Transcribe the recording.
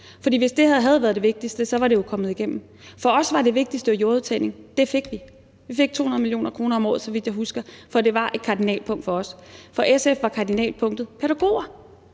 For hvis det her havde været det vigtigste, var det jo kommet igennem. For os var det vigtigste jordudtagning, og det fik vi. Vi fik 200 mio. kr. om året, så vidt jeg husker, for det var et kardinalpunkt for os. For SF var kardinalpunktet pædagoger,